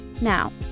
Now